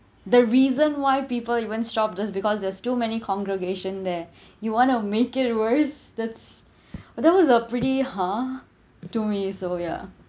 the reason why people even stopped this because that's too many congregation there you want to make it worse that's that was a pretty !huh! to me so ya